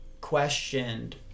questioned